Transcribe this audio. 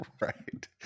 right